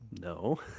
No